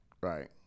Right